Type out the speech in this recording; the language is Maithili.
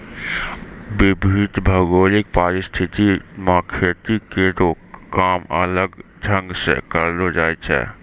विविध भौगोलिक परिस्थिति म खेती केरो काम अलग ढंग सें करलो जाय छै